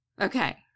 Okay